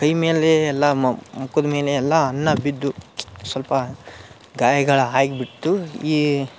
ಕೈಮೇಲೆ ಎಲ್ಲ ಮ ಮುಖದ ಮೇಲೆ ಎಲ್ಲ ಅನ್ನ ಬಿದ್ದು ಸ್ವಲ್ಪ ಗಾಯಗಳು ಆಗ್ಬಿಡ್ತು ಈ